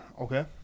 Okay